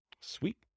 Sweet